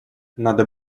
надо